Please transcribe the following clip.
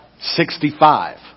Sixty-five